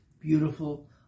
beautiful